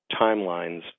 timelines